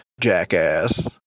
Jackass